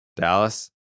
Dallas